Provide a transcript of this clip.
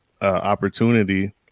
Opportunity